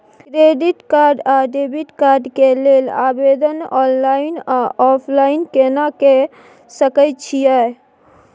Credit card आ debit card के लेल आवेदन ऑनलाइन आ ऑफलाइन केना के सकय छियै?